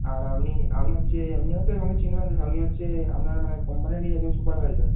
আর আপনি আমি হচ্ছে আপনি হয়তো আমাকে চিনবেন না আমি হচ্ছে আপনার মানে কোম্পানিরই একজন সুপারভাইজার